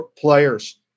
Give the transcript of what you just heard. players